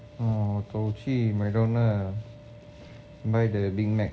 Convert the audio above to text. orh 我走去 McDonald's buy the big mac